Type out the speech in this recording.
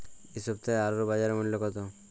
এ সপ্তাহের আলুর বাজার মূল্য কত?